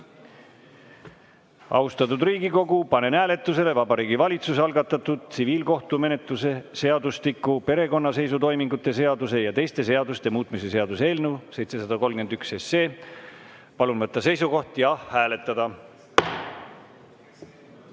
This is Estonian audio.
Austatud Riigikogu, panen hääletusele Vabariigi Valitsuse algatatud tsiviilkohtumenetluse seadustiku, perekonnaseisutoimingute seaduse ja teiste seaduste muutmise seaduse eelnõu 731. Palun võtta seisukoht ja hääletada!